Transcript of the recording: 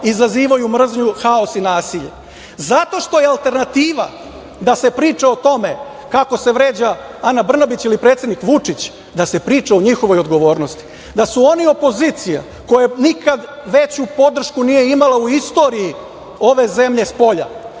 izazivaju mržnju, haos i nasilje? Zato što je alternativa da se priča o tome kako se vređa Ana Brnabić ili predsednik Vučić, da se priča o njihovoj odgovornosti, da su oni opozicija koja nikad veću podršku nije imala u istoriji ove zemlje spolja,